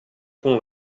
com